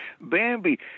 Bambi